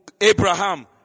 Abraham